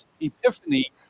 Epiphany